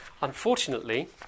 Unfortunately